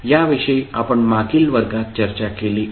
याविषयी आपण मागील वर्गात चर्चा केली आहे